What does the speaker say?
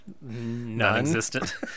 non-existent